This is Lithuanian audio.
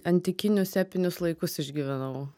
antikinius epinius laikus išgyvenau